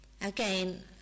Again